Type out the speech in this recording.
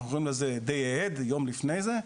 אנחנו קוראים לזה Day they had" " יום לפני זה.